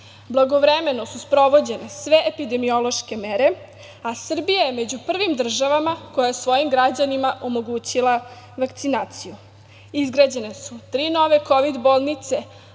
Blagovremeno su sprovođene sve epidemiološke mere, a Srbija je među prvim državama koja je svojim građanima omogućila vakcinaciju. Izgrađene su tri nove Kovid bolnice,